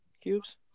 cubes